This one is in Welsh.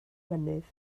mynydd